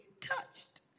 touched